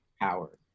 power